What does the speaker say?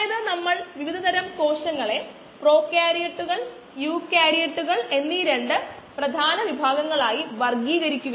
ഇത് നമ്മൾ ഇതിനകം ഒരു പ്രത്യേക ബാലൻസായി കണ്ടു